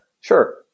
Sure